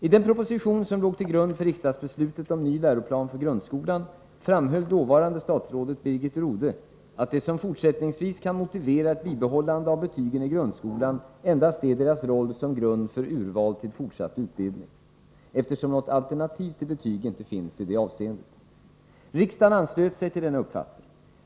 I den proposition som låg till grund för riksdagsbeslutet om ny läroplan för grundskolan framhöll dåvarande statsrådet Birgit Rodhe, att det som fortsättningsvis kan motivera ett bibehållande av betygen i grundskolan endast är deras roll som grund för urval till fortsatt utbildning, eftersom något alternativ till betyg inte finns i detta avseeende. Riksdagen anslöt sig till denna uppfattning.